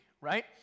right